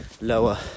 lower